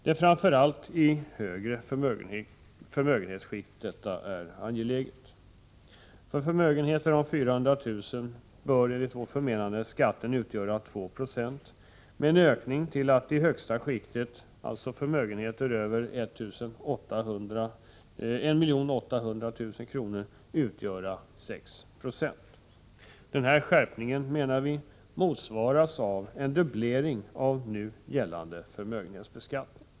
Det är framför allt i högre förmögenhetsskikt som detta är angeläget. För förmögenheter om 400 000 kr. bör skatten utgöra 2 Zo med en ökning till att i högsta skiktet, dvs. förmögenheter över 1 800 000 kr., utgöra 6 20. Denna skärpning motsvaras av en dubblering av nu gällande förmögenhetsbeskattning.